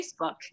Facebook